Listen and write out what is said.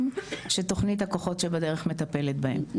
שתוכנית 'הכוחות שבדרך' מטפלת בהם,